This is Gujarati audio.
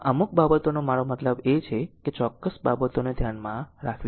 આ અમુક બાબતોનો મારો મતલબ છે ચોક્કસ બાબતો ને ધ્યાનમાં રાખવી